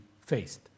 faced